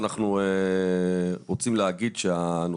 אנחנו רוצים שתדווחו את זה לוועדה.